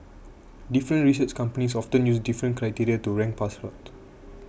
different research companies often use different criteria to rank passports